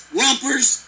rumpers